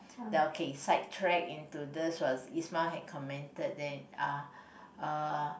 that okay side track into this was Ismail had commented that uh uh